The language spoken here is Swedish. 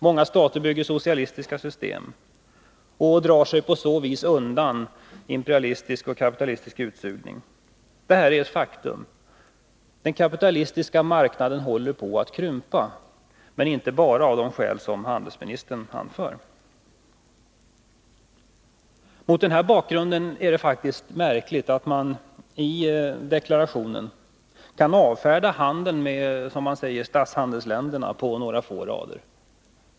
Många stater bygger socialistiska system och drar sig på så vis undan imperialistisk och kapitalistisk utsugning. Det här är ett faktum. Den kapitalistiska marknaden håller på att krympa, men inte bara av de skäl som handelsministern anför. Mot denna bakgrund är det märkligt att man i handelsministerns deklaration kan på några få rader avfärda handeln med de s.k. statshandelsländerna.